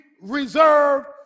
reserved